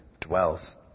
dwells